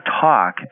talk